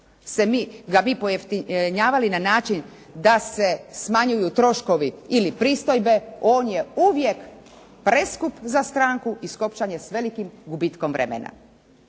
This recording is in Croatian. ga mi pojeftinjavali na način da se smanjuju troškovi ili pristojbe on je uvijek preskup za stranku i skopčan je s velikim gubitkom vremena.